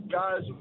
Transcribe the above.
guys